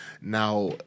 Now